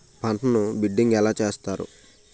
పంటను బిడ్డింగ్ ఎలా చేస్తారు?